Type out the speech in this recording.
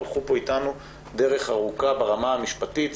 הם הלכו פה אתנו דרך ארוכה ברמה המשפטית.